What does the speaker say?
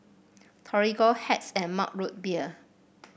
Torigo Hacks and Mug Root Beer